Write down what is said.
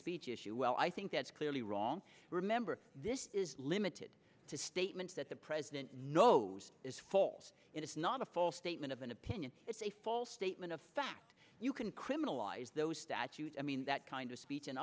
speech issue well i think that's clearly wrong remember this is limited to statements that the president knows is false it's not a false statement of an opinion it's a false statement of fact you can criminalize those statute i mean that kind of speech